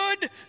good